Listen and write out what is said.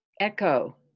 echo